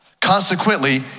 Consequently